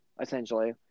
essentially